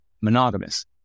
monogamous